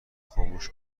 خاموش